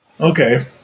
Okay